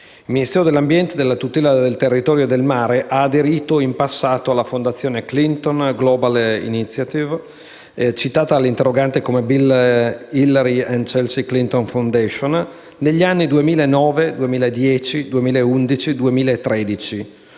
Il Ministero dell'ambiente e della tutela del territorio e del mare ha aderito in passato alla fondazione Clinton Global Initiative (citata dall'interrogante come Bill Hillary & Chelsea Clinton Foundation) negli anni 2009-2010-2011-2013,